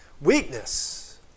Weakness